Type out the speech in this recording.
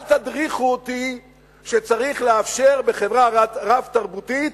אל תדריכו אותי שצריך לאפשר בחברה רב-תרבותית